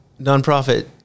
Nonprofit